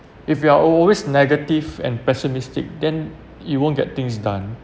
if you are always negative and pessimistic then you won't get things done